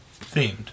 themed